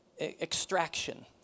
Extraction